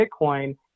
Bitcoin